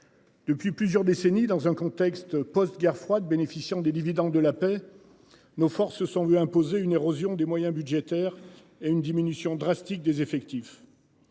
Depuis plusieurs décennies dans un contexte post-guerre froide bénéficiant des dividendes de la paix. Nos forces se sont vu imposer une érosion des moyens budgétaires et une diminution drastique des effectifs.